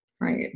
right